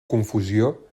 confusió